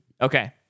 Okay